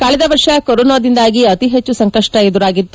ಕಳೆದ ವರ್ಷ ಕೊರೊನಾದಿಂದಾಗಿ ಅತಿ ಹೆಚ್ಚು ಸಂಕಷ್ಟ ಎದುರಾಗಿತ್ತು